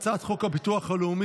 אני קובע כי הצעת חוק הביטוח הלאומי,